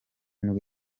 nibwo